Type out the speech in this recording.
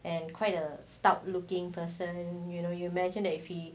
and quite a stout looking person you know you imagine that if he